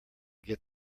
get